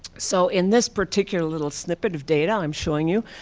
so in this particular little snippet of data i'm showing you,